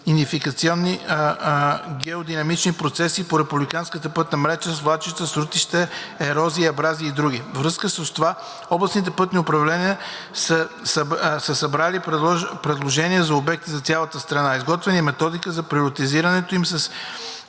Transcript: идентифицирани геодинамични процеси по републиканската пътна мрежа – свлачища, срутища, ерозии, абразии и други. Във връзка с това от областните пътни управления са събрани предложения за обекти от цялата страна. Изготвена е Методика за приоритизирането им с